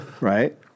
Right